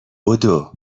بدو